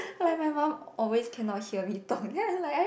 like my mum always cannot hear me talk then I like